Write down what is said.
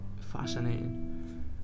fascinating